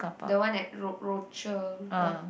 the one at ro~ Rochor ro~